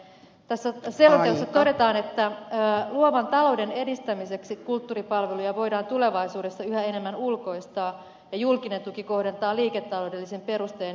tässä selonteossa todetaan että luovan talouden edistämiseksi kulttuuripalveluja voidaan tulevaisuudessa yhä enemmän ulkoistaa ja julkinen tuki kohdentaa liiketaloudellisin perustein ylläpidettyyn toimintaan